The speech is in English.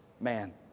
man